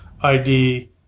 ID